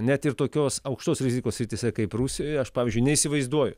net ir tokios aukštos rizikos srityse kaip rusijoje aš pavyzdžiui neįsivaizduoju